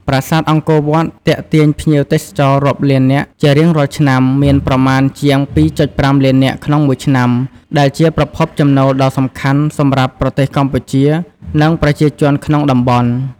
ប្រាសាទអង្គរវត្តទាក់ទាញភ្ញៀវទេសចររាប់លាននាក់ជារៀងរាល់ឆ្នាំ មានប្រមាណជាង ២.៥ លាននាក់ក្នុងមួយឆ្នាំ ដែលជាប្រភពចំណូលដ៏សំខាន់សម្រាប់ប្រទេសកម្ពុជា និងប្រជាជនក្នុងតំបន់។